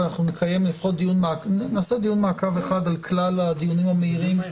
ואנחנו נעשה דיון מעקב אחד על כלל הדיונים המהירים.